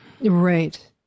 Right